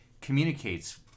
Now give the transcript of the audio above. communicates